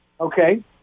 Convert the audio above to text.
Okay